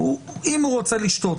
אם הוא רוצה לשתות,